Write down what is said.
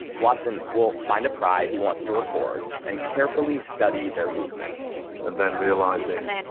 watson will find a pride he wants to record and carefully study their movements and then realizing,